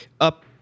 up